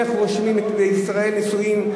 איך רושמים בישראל נישואים,